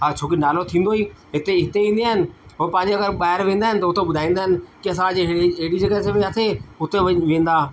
हा छोकी नालो थींदो ई हिते हिते ईंदियूं आहिनि हो पंहिंजे घर ॿाहिरि वेंदा आहिनि त हुते ॿुधाईंदा आहिनि की असां अॼ अहिड़ी अहिड़ी जॻह असां वियासीं हुते वञ वेंदा